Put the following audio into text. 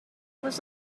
was